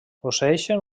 posseeixen